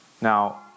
Now